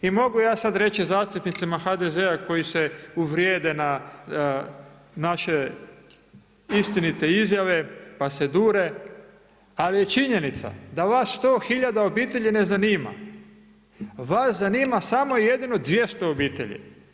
I mogu ja sada reći zastupnicima HDZ-a koji se uvrijede na naše istinite izjave pa se dure ali je činjenica da vas 100 hiljada obitelji ne zanima, vas zanima samo i jedino 200 obitelji.